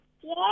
Yes